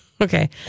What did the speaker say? Okay